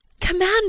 command